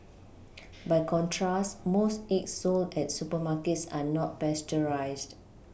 by contrast most eggs sold at supermarkets are not pasteurised